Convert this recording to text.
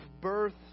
birth